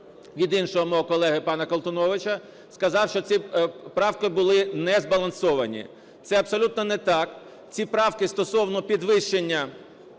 іншого мого колеги пана Колтуновича сказав, що ці правки були незбалансовані, це абсолютно не так, ці правки стосовно підвищення